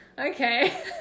Okay